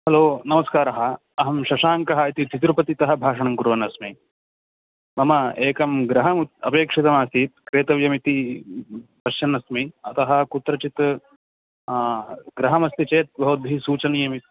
hello नमस्कारः अहं शशाङ्कः इति तिरुपतितः भाषणं कुर्वन् अस्मि मम एकं गृहम् अपेक्षितमासीत् क्रेतव्यमिति पश्यन् अस्मि अतः कुत्रचित् गृहमस्ति चेत् भवद्भिः सूचनीयमिति